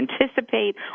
anticipate